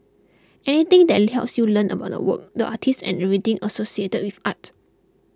anything that helps you learn about the work the artist and everything associated with art